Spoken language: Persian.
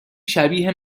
شبیه